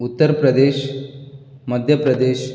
Uttar Pradesh Madhya Pradesh